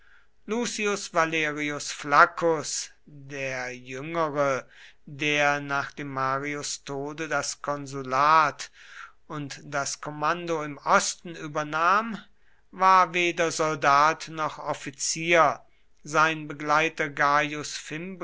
lucius valerius flaccus der jüngere der nach marius tode das konsulat und das kommando im osten übernahm war weder soldat noch offizier sein begleiter